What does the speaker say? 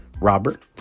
Robert